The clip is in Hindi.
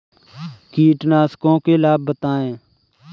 कीटनाशकों के लाभ बताएँ?